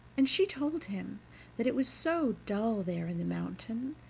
and she told him that it was so dull there in the mountain,